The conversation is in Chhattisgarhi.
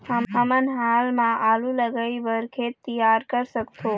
हमन हाल मा आलू लगाइ बर खेत तियार कर सकथों?